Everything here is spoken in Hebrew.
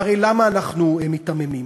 והרי למה אנחנו מיתממים?